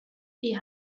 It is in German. ihr